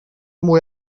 mwy